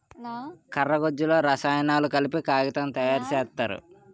కర్ర గుజ్జులో రసాయనాలు కలిపి కాగితం తయారు సేత్తారు